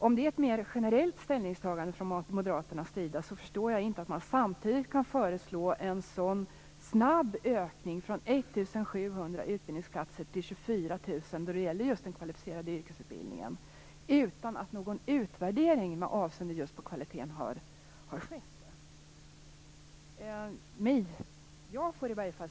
Om detta är ett mer generellt ställningstagande från Moderaternas sida, förstår jag inte att man samtidigt kan föreslå en så snabb ökning av den kvalificerade yrkesutbildningen - från 1 700 platser till 24 000 - utan att någon utvärdering med avseende just på kvaliteten har skett.